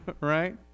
right